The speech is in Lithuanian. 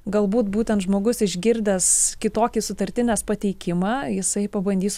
galbūt būtent žmogus išgirdęs kitokį sutartinės pateikimą jisai pabandys